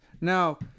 Now